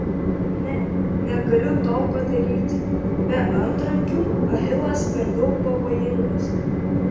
ne negaliu to padaryti be antrankių achilas per daug pavojingas